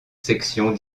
sections